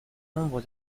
nombre